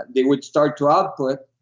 they would start their output,